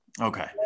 okay